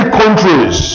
countries